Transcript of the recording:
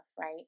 right